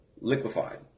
liquefied